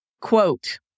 Quote